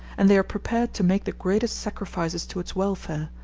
and they are prepared to make the greatest sacrifices to its welfare,